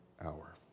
hour